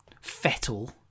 fettle